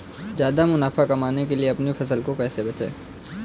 ज्यादा मुनाफा कमाने के लिए अपनी फसल को कैसे बेचें?